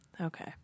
Okay